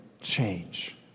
change